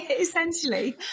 essentially